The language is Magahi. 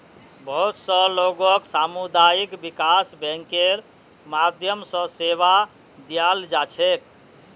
बहुत स लोगक सामुदायिक विकास बैंकेर माध्यम स सेवा दीयाल जा छेक